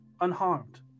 unharmed